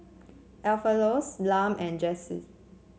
Alpheus Lum and Jesse